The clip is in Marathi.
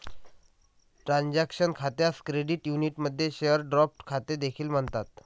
ट्रान्झॅक्शन खात्यास क्रेडिट युनियनमध्ये शेअर ड्राफ्ट खाते देखील म्हणतात